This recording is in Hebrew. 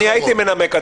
אני הייתי מנמק,